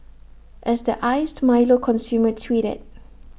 as the iced milo consumer tweeted